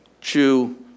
chew